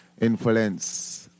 influence